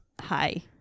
Hi